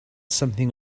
something